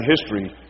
history